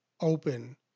open